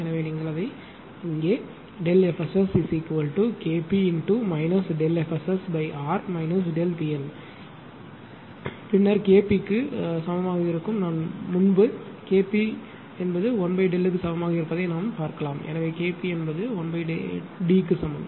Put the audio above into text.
எனவே நீங்கள் அதை இங்கே FSSKp FSSR PL பின்னர் K p சமமாக இருக்கும் நாம் முன்பு K p 1D க்கு சமமாக இருப்பதை நாம் பார்க்கலாம் எனவே K p ஐ 1D க்கு சமம்